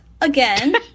again